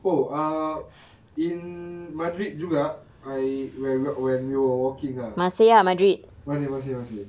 oh err in madrid juga I where where when we were walking ah masih masih masih